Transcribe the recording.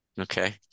Okay